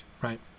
right